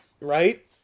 Right